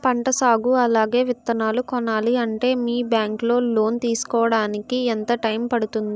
పంట సాగు అలాగే విత్తనాలు కొనాలి అంటే మీ బ్యాంక్ లో లోన్ తీసుకోడానికి ఎంత టైం పడుతుంది?